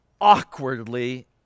awkwardly